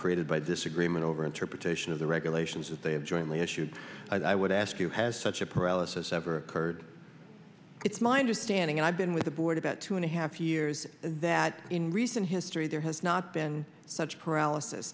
created by disagreement over interpretation of the regulations as they have jointly issued i would ask you has such a paralysis ever occurred it's my understanding and i've been with the board about two and a half years that in recent history there has not been such